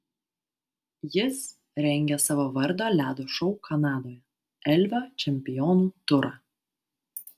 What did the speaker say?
jis rengia savo vardo ledo šou kanadoje elvio čempionų turą